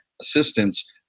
assistance